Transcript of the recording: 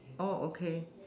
oh okay